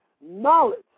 Knowledge